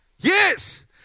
Yes